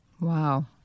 Wow